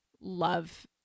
love